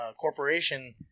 corporation